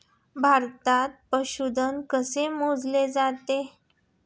भारतात पशुधन कसे मोजले जाते?